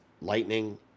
lightning